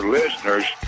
listeners